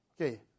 Okay